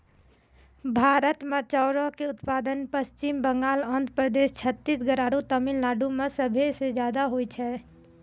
भारत मे चाउरो के उत्पादन पश्चिम बंगाल, आंध्र प्रदेश, छत्तीसगढ़ आरु तमिलनाडु मे सभे से ज्यादा होय छै